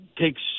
takes